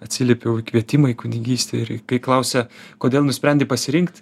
atsiliepiau į kvietimą į kunigystę ir kai klausia kodėl nusprendei pasirinkt